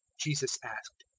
jesus asked.